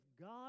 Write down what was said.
God